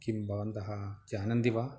किं भवन्तः जानन्ति वा